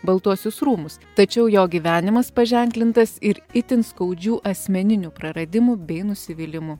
baltuosius rūmus tačiau jo gyvenimas paženklintas ir itin skaudžių asmeninių praradimų bei nusivylimų